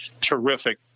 terrific